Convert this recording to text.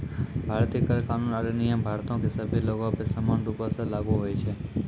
भारतीय कर कानून आरु नियम भारतो के सभ्भे लोगो पे समान रूपो से लागू होय छै